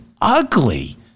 ugly